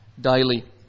daily